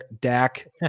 Dak